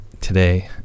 today